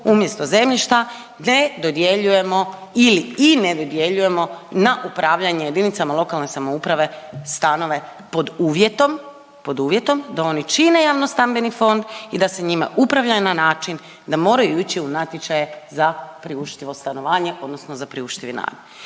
umjesto zemljišta ne dodjeljujemo ili i ne dodjeljujemo na upravljanje jedinicama lokalne samouprave stanove pod uvjetom da oni čine javno-stambeni fond i da se njime upravlja na način da moraju ići u natječaje za priuštivo stanovanje, odnosno za priuštivi najam.